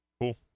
Cool